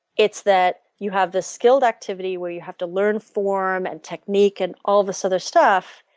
it's that you have the skilled activity where you have to learn form and technique and all this other stuff,